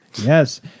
Yes